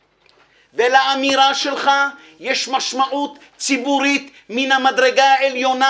ולאמירה שלך יש משמעות ציבורית מן המדרגה העליונה,